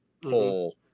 pull